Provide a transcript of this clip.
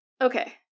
Okay